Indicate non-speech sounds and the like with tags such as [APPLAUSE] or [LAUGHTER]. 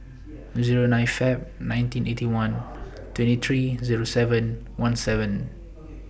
[NOISE] Zero nine Feb nineteen Eighty One twenty three Zero seven one seven